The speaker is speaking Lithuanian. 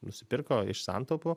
nusipirko iš santaupų